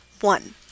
one